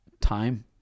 time